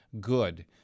good